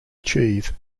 achieve